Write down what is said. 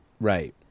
Right